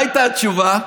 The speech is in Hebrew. מה הייתה התשובה?